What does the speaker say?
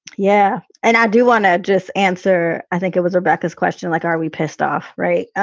yeah. and i do want to just answer. i think it was rebecca's question, like, are we pissed off? right.